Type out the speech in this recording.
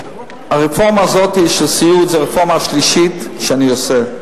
הרפורמה הזאת של סיעוד היא הרפורמה השלישית שאני עושה: